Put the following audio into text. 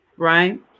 right